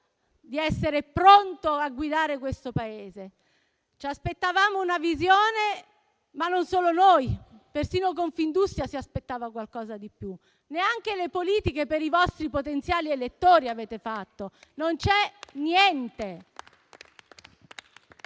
di essere pronto a guidare questo Paese. Ci aspettavamo una visione, ma non solo noi, persino Confindustria si aspettava qualcosa di più. Non avete fatto nemmeno le politiche per i vostri potenziali elettori. Non c'è niente.